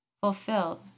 fulfilled